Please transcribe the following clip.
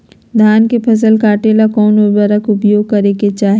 धान के फसल काटे ला कौन उपकरण उपयोग करे के चाही?